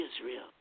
Israel